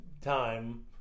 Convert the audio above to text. time